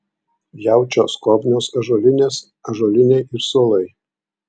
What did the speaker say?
jaučio skobnios ąžuolinės ąžuoliniai ir suolai